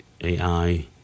AI